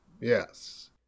Yes